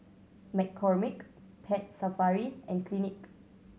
McCormick Pet Safari and Clinique